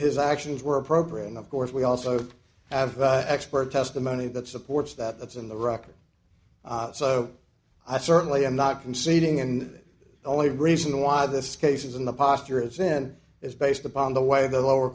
his actions were appropriate and of course we also have expert testimony that supports that that's in the record so i certainly am not conceding and that only reason why this case is in the posture it's in is based upon the way the lower